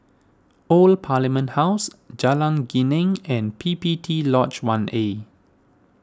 Old Parliament House Jalan Geneng and P P T Lodge one A